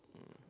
um